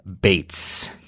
Bates